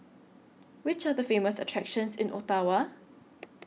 Which Are The Famous attractions in Ottawa